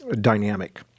dynamic